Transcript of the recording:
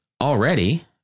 already